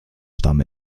stamm